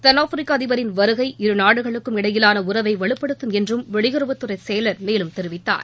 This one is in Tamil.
தென்னாப்பிரிக்க அதிபரின் வருகை இருநாடுகளுக்கும் இடையிலான உறவை வலுப்படுத்தும் என்றும் வெளியுறவுத் துறை செயலர் மேலும் தெரிவித்தார்